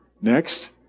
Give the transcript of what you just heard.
Next